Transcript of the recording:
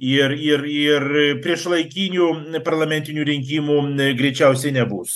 ir ir ir priešlaikinių parlamentinių rinkimų n greičiausiai nebus